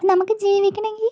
നമുക്ക് ജീവിക്കണമെങ്കിൽ